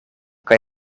kaj